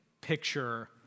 picture